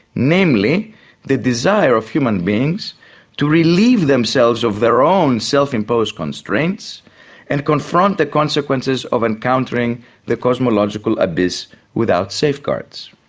namely the desire of human beings to relieve themselves of their own self-imposed constraints and confront the consequences of encountering the cosmological abyss without safeguards.